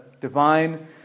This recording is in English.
divine